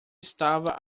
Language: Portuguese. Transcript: estava